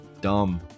Dumb